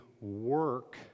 work